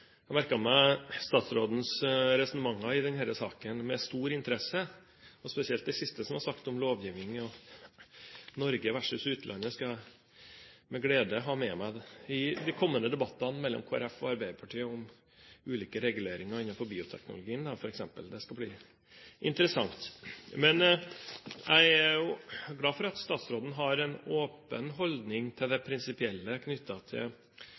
har merket meg statsrådens resonnementer i denne saken med stor interesse, og spesielt det siste som ble sagt om lovgivning og Norge versus utlandet, skal jeg med glede ta med meg i de kommende debattene mellom Kristelig Folkeparti og Arbeiderpartiet om ulike reguleringer innenfor bioteknologien f.eks. Det skal bli interessant. Jeg er jo glad for at statsråden har en åpen holdning til det prinsipielle knyttet til